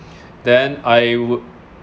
then I would